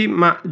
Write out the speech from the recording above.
ma